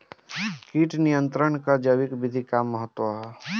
कीट नियंत्रण क जैविक विधि क का महत्व ह?